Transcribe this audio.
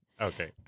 Okay